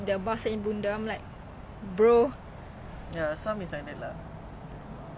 I think as long as you can hold a conversation is okay